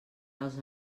dels